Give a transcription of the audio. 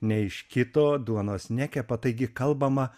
nei iš kito duonos nekepa taigi kalbama